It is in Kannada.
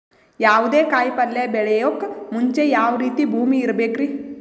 ಯಾವುದೇ ಕಾಯಿ ಪಲ್ಯ ಬೆಳೆಯೋಕ್ ಮುಂಚೆ ಯಾವ ರೀತಿ ಭೂಮಿ ಇರಬೇಕ್ರಿ?